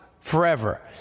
Forever